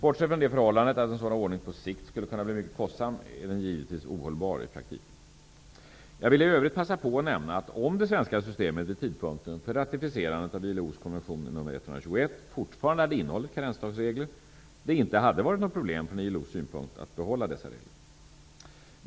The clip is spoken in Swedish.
Bortsett från det förhållandet att en sådan ordning på sikt skulle kunna bli mycket kostsam är den givetvis ohållbar i praktiken. Jag vill i övrigt passa på att nämna att om det svenska systemet vid tidpunkten för ratificerandet av ILO:s konvention nr 121 fortfarande hade innehållit karensdagsregler det inte hade varit något problem från ILO:s synpunkt att behålla dessa regler.